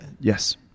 yes